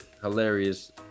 hilarious